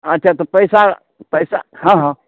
अच्छा तऽ पैसा पैसा हँ हँ